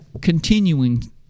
continuing